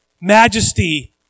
Majesty